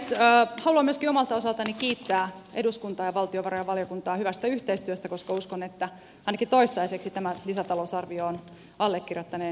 haluan myöskin omalta osaltani kiittää eduskuntaa ja valtiovarainvaliokuntaa hyvästä yhteistyöstä koska uskon että ainakin toistaiseksi tämä lisätalousarvio on allekirjoittaneen valtiovarainministerikaudella viimeinen